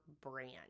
brand